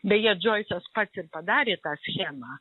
beje džoisas pats ir padarė tą schemą